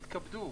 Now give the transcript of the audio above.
יתכבדו